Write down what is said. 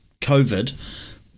COVID